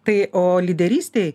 tai o lyderystėj